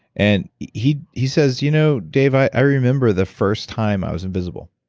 and he, he says, you know dave, i remember the first time i was invisible.